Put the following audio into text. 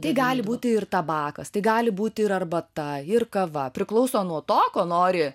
tai gali būti ir tabakas tai gali būti ir arbata ir kava priklauso nuo to ko nori